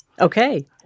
Okay